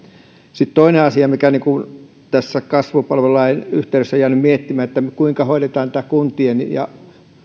sitten toinen asia mitä tässä kasvupalvelulain yhteydessä olen jäänyt miettimään on se kuinka hoidetaan kuntien ja